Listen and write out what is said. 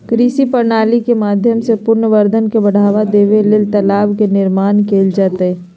कृषि प्रणाली के माध्यम से मूल्यवर्धन के बढ़ावा देबे ले तालाब के निर्माण कैल जैतय